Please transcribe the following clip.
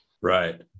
Right